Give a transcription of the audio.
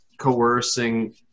Coercing